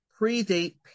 predate